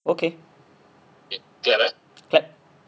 okay okay clap eh clap